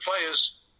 players